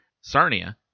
Sarnia